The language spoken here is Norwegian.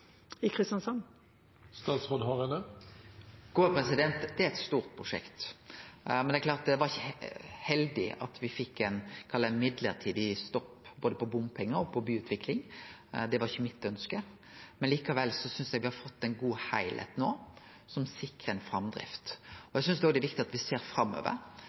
i Kristiansand. Det er eit stort prosjekt, og det er klart at det ikkje var heldig at me fekk ein mellombels stopp både i bompengar og i byutvikling. Det var ikkje mitt ønske. Likevel synest eg me no har fått ein god heilskap som sikrar framdrift. Eg synest òg det er viktig at me ser framover.